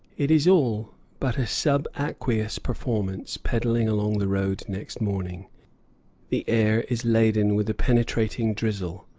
it is all but a sub-aqueous performance pedalling along the road next morning the air is laden with a penetrating drizzle,